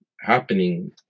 happening